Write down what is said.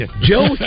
Joe